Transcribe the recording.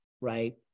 right